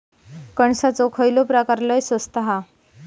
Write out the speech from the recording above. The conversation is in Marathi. कणसाचो खयलो प्रकार लय स्वस्त हा?